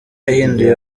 yahinduye